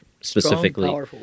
specifically